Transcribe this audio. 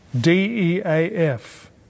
D-E-A-F